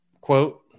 quote